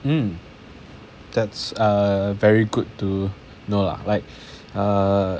mm that's uh very good to know lah like err